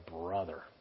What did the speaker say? brother